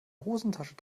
hosentasche